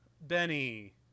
Benny